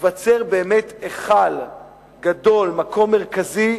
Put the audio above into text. ייווצר באמת היכל גדול, מקום מרכזי,